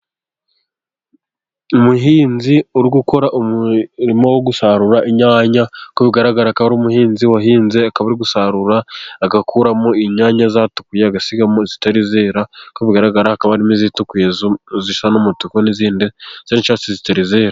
Umuhinzi uri gukora umurimo wo gusarura inyanya, uko bigaragara akaba ari umuhinzi wahinze akaba ari gusarura agakuramo inyanya zitukuye agasigamo izitari zera, uko bigaragara hakaba harimo izituye zisa n' umutuku n'izindi n'icyatsi zitari zera.